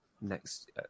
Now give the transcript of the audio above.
next